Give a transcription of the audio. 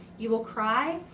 you will cry,